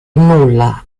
nulla